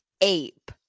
Ape